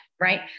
right